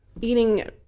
eating